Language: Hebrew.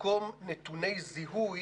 במקום נתוני זיהוי